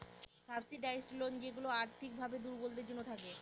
subsidised loan যেইগুলা আর্থিক ভাবে দুর্বলদের জন্য থাকে